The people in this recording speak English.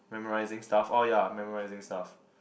memorising stuff oh ya memorising stuff